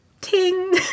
ting